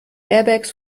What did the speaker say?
airbags